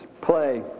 play